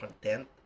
content